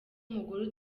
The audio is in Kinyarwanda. umugore